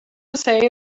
say